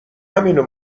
همینو